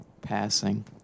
passing